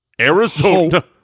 Arizona